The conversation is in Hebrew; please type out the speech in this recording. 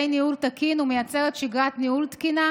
ניהול תקין ומייצרת שגרת ניהול תקינה,